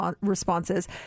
responses